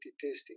testing